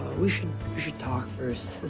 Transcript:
we should we should talk first.